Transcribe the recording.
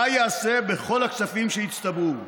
מה ייעשה בכל הכספים שהצטברו.